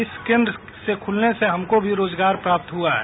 इस केन्द्र के खुलने से हमको भी रोजगार प्राप्त हुआ है